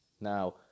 Now